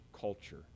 culture